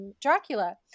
Dracula